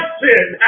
sin